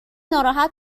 ناراحت